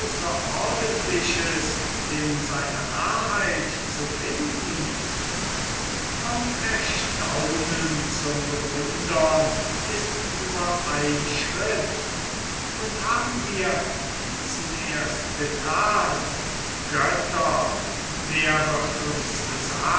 in seiner narrheit zu finden vom erstaunen zum bewundern ist nur ein schritt und haben wir diesen erst getan götter wer wird uns